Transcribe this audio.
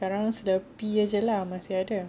sekarang slurpee jer lah masih ada